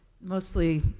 mostly